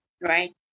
Right